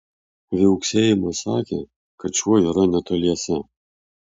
viauksėjimas sakė kad šuo yra netoliese